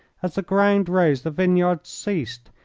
as the ground rose the vineyards ceased,